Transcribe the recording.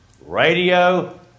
Radio